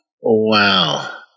Wow